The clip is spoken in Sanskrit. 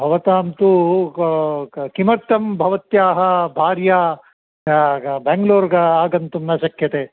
भवतां तु गो क किमर्थं भवत्याः भार्या गा गा बाङ्ग्लूर् आगन्तुं न श्क्यते